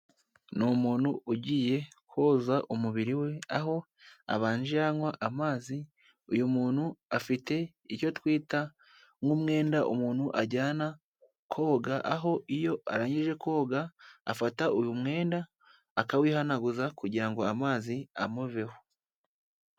Ni umuntu ugiye koza umubiri we aho abanje yanywa amazi uyu muntu afite icyo twita nk'umwenda umuntu ajyana koga aho iyo arangije koga afata uyu mwenda akawihanaguza kugira ngo amazi amuveho.